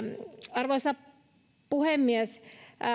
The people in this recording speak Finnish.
arvoisa puhemies